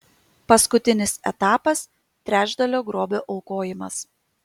paskutinis etapas trečdalio grobio aukojimas